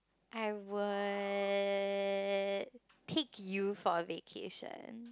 I would take you for a vacation